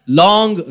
long